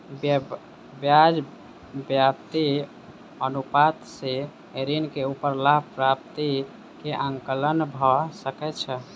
ब्याज व्याप्ति अनुपात सॅ ऋण के ऊपर लाभ प्राप्ति के आंकलन भ सकै छै